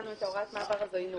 מה זה עלות ישירה לצרכן?